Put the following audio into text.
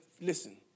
listen